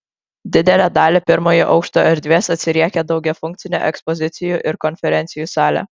didelę dalį pirmojo aukšto erdvės atsiriekia daugiafunkcė ekspozicijų ir konferencijų salė